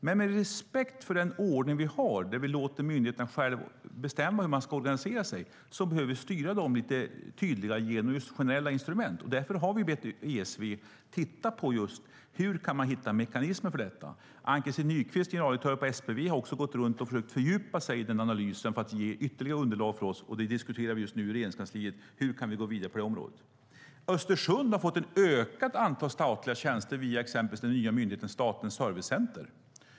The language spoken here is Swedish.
Men med respekt för den ordning vi har, där vi låter myndigheterna själva bestämma hur de ska organisera sig, behöver vi styra dem lite tydligare genom just generella instrument. Därför har vi bett ESV titta just på hur man kan hitta mekanismer för detta. Ann-Christin Nykvist, generaldirektör på SPV, har också gått runt och försökt fördjupa sig i analysen för att ge oss ytterligare underlag. Vi diskuterar just nu i Regeringskansliet hur vi kan gå vidare på det området. Östersund har fått ett ökat antal statliga tjänster via exempelvis den nya myndigheten Statens servicecenter.